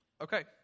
Okay